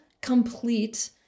complete